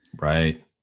Right